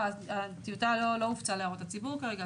הטיוטה לא הופצה להערות הציבור כרגע,